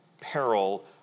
peril